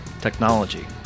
technology